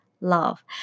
love